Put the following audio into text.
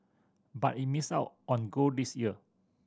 but it missed out on gold this year